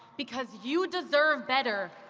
because you deserve better.